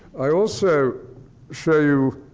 i also show you